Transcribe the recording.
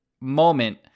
moment